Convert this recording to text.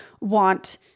want